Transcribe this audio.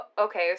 okay